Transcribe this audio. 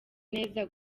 neza